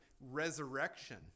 resurrection